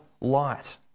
light